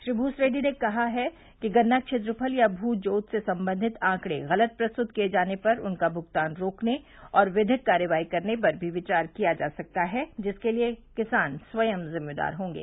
श्री भूस रेड्डी ने कहा है कि गन्ना क्षेत्रफल या भू जोत से संबंधित आंकड़े गलत प्रस्तुत किये जाने पर उनका भुगतान रोकने और विधिक कार्रवाई करने पर भी विचार किया जा सकता है जिसके लिए किसान स्वयं जिम्मेदार होंगे